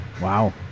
Wow